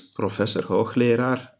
professor-hoogleraar